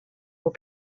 will